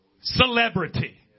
celebrity